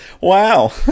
wow